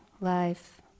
life